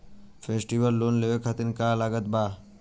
Festival loan लेवे खातिर का का लागत बा?